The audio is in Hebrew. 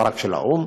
לא רק של האו"ם,